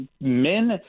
men